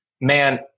man